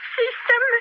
system